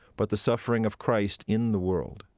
but the suffering of christ in the world.